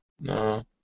No